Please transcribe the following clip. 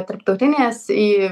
tarptautinės į